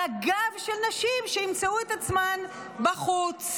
על הגב של נשים שימצאו את עצמן בחוץ.